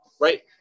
right